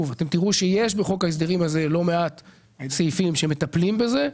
אתם תראו שיש בחוק ההסדרים הזה לא מעט סעיפים שמטפלים בזה,